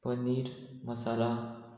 paneer masala